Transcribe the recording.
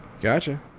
Gotcha